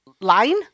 line